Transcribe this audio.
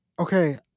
Okay